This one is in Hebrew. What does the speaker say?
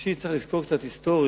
ראשית צריך לזכור קצת היסטורית,